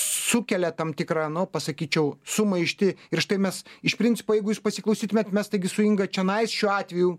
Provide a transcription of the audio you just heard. sukelia tam tikrą nu pasakyčiau sumaištį ir štai mes iš principo jeigu jūs pasiklausytumėt mes taigi su inga čionais šiuo atveju